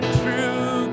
true